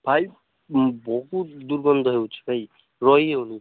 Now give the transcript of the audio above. ଭାଇ ବହୁତ ଦୁର୍ଗନ୍ଧ ହେଉଛି ଭାଇ ରହି ହେଉନି